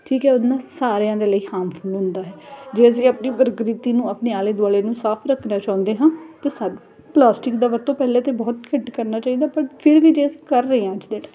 ਠੀਕ ਹੈ ਉਹਦੇ ਨਾਲ ਸਾਰਿਆਂ ਦੇ ਲਈ ਹਾਮਫੁਲ ਹੁੰਦਾ ਹੈ ਜੇ ਅਸੀਂ ਆਪਣੀ ਪ੍ਰਕ੍ਰਿਤੀ ਨੂੰ ਆਪਣੇ ਆਲੇ ਦੁਆਲੇ ਨੂੰ ਸਾਫ਼ ਰੱਖਣਾ ਚਾਹੁੰਦੇ ਹਾਂ ਤਾਂ ਸਾਨੂੰ ਪਲਾਸਟਿਕ ਦਾ ਵਰਤੋਂ ਪਹਿਲਾਂ ਤੇ ਬਹੁਤ ਘੱਟ ਕਰਨਾ ਚਾਹੀਦਾ ਪਰ ਫਿਰ ਵੀ ਜੇ ਅਸੀਂ ਕਰ ਰਹੇ ਹਾਂ ਅੱਜ ਦੇ ਟਾਈਮ